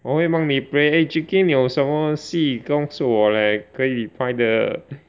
我会帮你 pray eh Chee Kin 有什么戏告诉我 leh 可以拍的